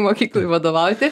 mokyklai vadovauti